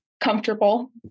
comfortable